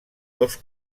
dos